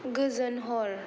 गोजोन हर